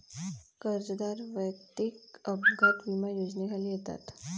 कर्जदार वैयक्तिक अपघात विमा योजनेखाली येतात